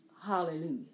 hallelujah